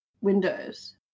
windows